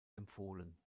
empfohlen